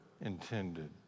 intended